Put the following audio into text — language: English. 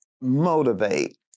motivate